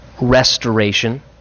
restoration